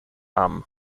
armen